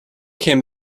came